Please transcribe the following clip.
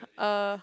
uh